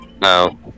No